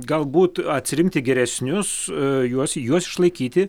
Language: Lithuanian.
galbūt atsirinkti geresnius juos juos išlaikyti